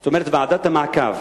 זאת אומרת, ועדת המעקב